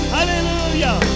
Hallelujah